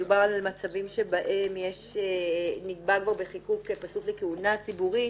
מדובר על מצבים בהם נקבע בחיקוק פסלות לכהונה ציבורית